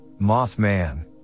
Mothman